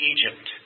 Egypt